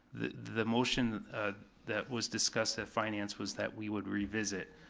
the the motion that was discussed at finance was that we would revisit.